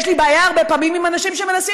יש לי בעיה הרבה פעמים עם אנשים שמנסים